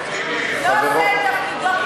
לא עושה את תפקידו,